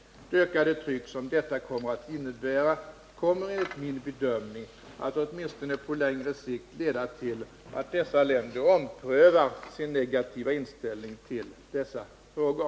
Det ökade tryck som detta kommer att innebära, kommer enligt min bedömning att åtminstone på längre sikt leda till att dessa länder omprövar sin negtiva inställning till dessa frågor.